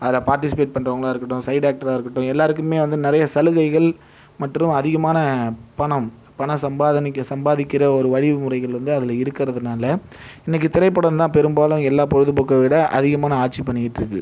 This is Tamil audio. அதில் பார்ட்டிசிபேட் பண்றவங்களா இருக்கட்டும் சைடு ஆக்டராக இருக்கட்டும் எல்லோருக்குமே வந்து நிறைய சலுகைகள் மற்றும் அதிகமான பணம் பணம் சம்பாதிக்கிற ஒரு வழிமுறைகள் வந்து அதில் இருக்கிறதுனால இன்றைக்கு திரைப்படம் தான் பெரும்பாலும் எல்லா பொழுதுபோக்கை விட அதிகமான ஆட்சி பண்ணிட்டு இருக்குது